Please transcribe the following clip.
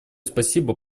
спасибо